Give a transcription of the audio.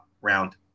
round